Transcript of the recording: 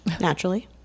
Naturally